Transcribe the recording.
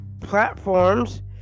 platforms